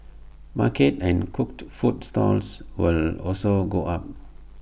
market and cooked food stalls will also go up